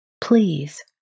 please